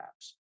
apps